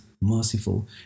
merciful